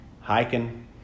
hiking